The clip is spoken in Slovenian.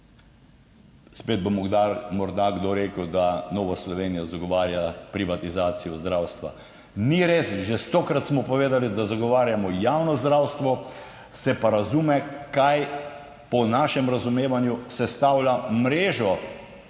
Spet bo morda kdo rekel, da Nova Slovenija zagovarja privatizacijo zdravstva. Ni res, že stokrat smo povedali, da zagovarjamo javno zdravstvo, se pa razume kaj po našem razumevanju sestavlja mrežo